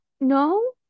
no